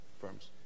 firms